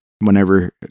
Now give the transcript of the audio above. Whenever